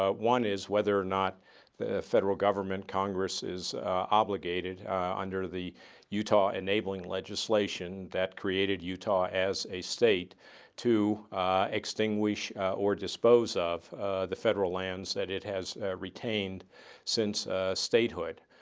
ah one is whether or not federal government, congress is obligated under the utah enabling legislation that created utah as a state to extinguish or dispose of the federal lands that it has retained since statehood.